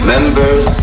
Members